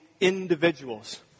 individuals